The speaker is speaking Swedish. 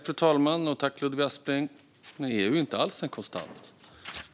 Fru talman! EU är ju inte alls en konstant.